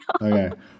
Okay